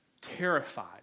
terrified